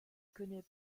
connait